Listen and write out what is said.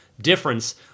difference